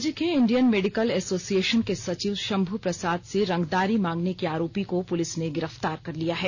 राज्य के Indian medical association के सचिव शंभू प्रसाद से रंगदारी मांगने के आरोपी को पुलिस ने गिरफ्तार कर लिया है